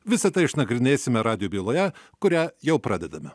visa tai išnagrinėsime radijo byloje kurią jau pradedame